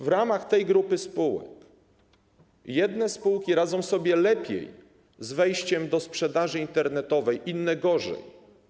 W ramach tej grupy spółek jedne spółki radzą sobie lepiej z wejściem do sprzedaży internetowej, inne - gorzej.